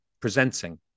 presenting